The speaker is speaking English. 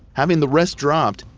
having the rest dropped,